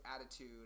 attitude